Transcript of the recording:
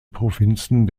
provinzen